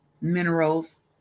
minerals